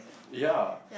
ya